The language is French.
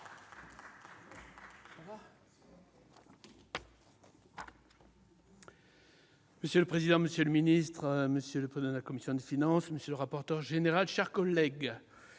Monsieur le président, monsieur le ministre, monsieur le président de la commission des finances, monsieur le rapporteur général, mes chers collègues,